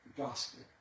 Gospel